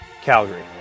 Calgary